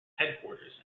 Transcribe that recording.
headquarters